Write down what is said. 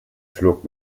flog